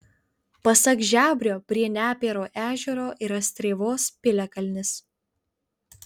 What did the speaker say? pasak žebrio prie nepėro ežero yra strėvos piliakalnis